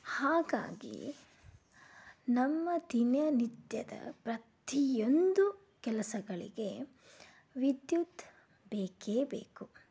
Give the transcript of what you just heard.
ಹಾಗಾಗಿ ನಮ್ಮ ದಿನನಿತ್ಯದ ಪ್ರತಿಯೊಂದು ಕೆಲಸಗಳಿಗೆ ವಿದ್ಯುತ್ ಬೇಕೇ ಬೇಕು